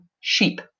sheep